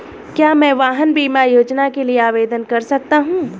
क्या मैं वाहन बीमा योजना के लिए आवेदन कर सकता हूँ?